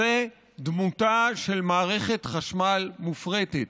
זו דמותה של מערכת חשמל מופרטת,